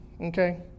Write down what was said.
okay